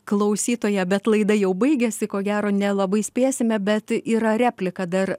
klausytoją bet laida jau baigiasi ko gero nelabai spėsime bet yra replika dar